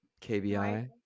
Kbi